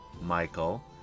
Michael